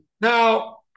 Now